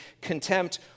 contempt